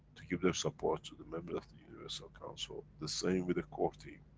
to give them support to the member of the universal council. the same with the core team.